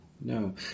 No